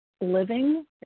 living